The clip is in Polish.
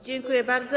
Dziękuję bardzo.